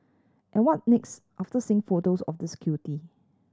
and what next after seeing photos of this cutie